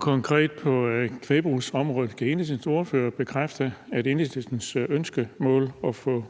Konkret på kvægbrugsområdet: Kan Enhedslistens ordfører bekræfte, at Enhedslistens ønskemål er at få